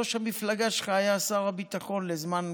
ראש המפלגה שלך היה שר הביטחון לזמן קצר,